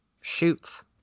shoots